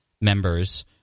members